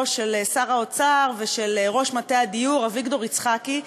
של שר האוצר ושל ראש מטה הדיור אביגדור יצחקי,